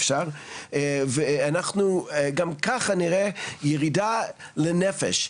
אנחנו גם ככה נראה ירידה לנפש,